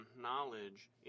knowledge